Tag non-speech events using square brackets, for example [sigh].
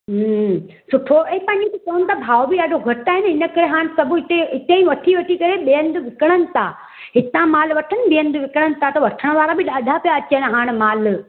सुठो ऐं [unintelligible] भाव बि एॾो घटि आहिनि हिन करे हाणि सभु हिते हिते ई वठी वठी करे ॿियनि हंधि विकणनि था इतां मालु वठनि ॿिए हंधि विकणनि था त वठण वारा बि ॾाढा पिया अचनि हाण माल